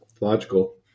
Logical